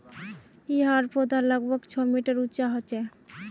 याहर पौधा लगभग छः मीटर उंचा होचे